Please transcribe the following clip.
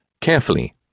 Carefully